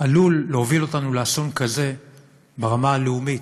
עלולים להוביל אותנו לאסון כזה ברמה הלאומית,